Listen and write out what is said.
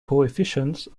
coefficients